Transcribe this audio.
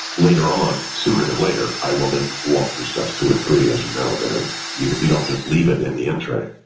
later on, sooner than later, i will then walk through steps two and three as you know, you you don't just leave it in the in tray.